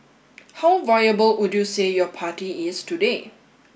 how viable would you say your party is today